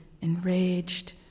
enraged